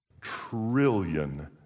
trillion